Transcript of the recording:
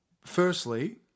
Firstly